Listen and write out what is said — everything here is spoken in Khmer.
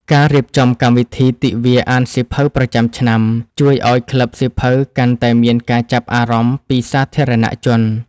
ការរៀបចំកម្មវិធី ទិវាអានសៀវភៅប្រចាំឆ្នាំ ជួយឱ្យក្លឹបសៀវភៅកាន់តែមានការចាប់អារម្មណ៍ពីសាធារណជន។